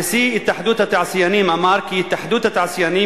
נשיא התאחדות התעשיינים אמר כי התאחדות התעשיינים